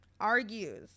argues